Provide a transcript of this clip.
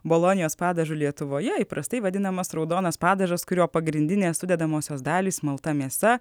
bolonijos padažu lietuvoje įprastai vadinamas raudonas padažas kurio pagrindinės sudedamosios dalys malta mėsa